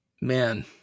Man